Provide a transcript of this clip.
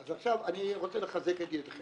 אז עכשיו אני רוצה לחזק את ידיכם,